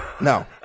No